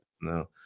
No